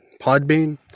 podbean